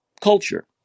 culture